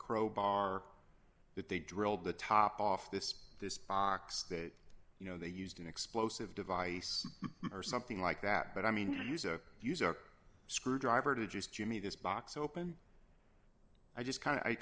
crowbar that they drilled the top off this this box that you know they used an explosive device or something like that but i mean to use a user screwdriver to just jimmy this box open i just kind